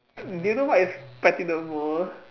do you know what is platinum mall